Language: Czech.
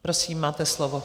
Prosím, máte slovo.